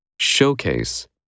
Showcase